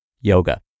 yoga